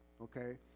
okay